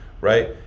Right